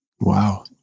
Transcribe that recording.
Wow